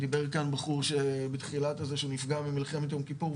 דיבר כאן בחור בתחילת הישיבה שהוא נפגע במלחמת יום כיפור,